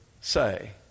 say